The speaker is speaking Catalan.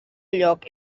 lloc